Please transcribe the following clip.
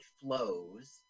flows